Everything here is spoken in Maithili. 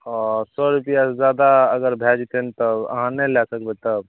ओ सओ रुपैआसँ जादा अगर भए जेतय तब अहाँ नहि लए सकबय तब